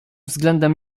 względem